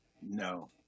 No